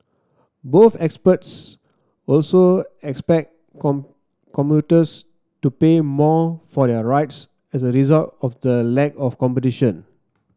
both experts also expect commuters to pay more for their rides as a result of the lack of competition